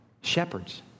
shepherds